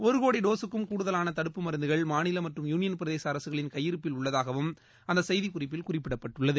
ஒரு கோடி டோஸுக்கும் கூடுதலான தடுப்பு மருந்துகள் மாநில மற்றும் யூளியள் பிரதேச அரசுகளின் கையிருப்பில் உள்ளதாகவும் அந்த செய்திக்குறிப்பில் குறிப்பிடப்பட்டுள்ளது